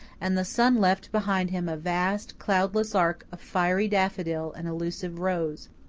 and the sun left behind him a vast, cloudless arc of fiery daffodil and elusive rose.